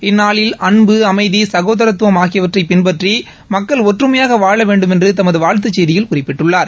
இந்நாளில் அன்பு அமைதி சகோதரத்துவம் ஆகியவற்றை பின்பற்றி மக்கள் ஒற்றுமையாக வாழ வேண்டுமென்று தமது வாழ்த்துச் செய்தியில் குறிப்பிட்டுள்ளார்